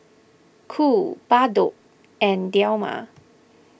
Cool Bardot and Dilmah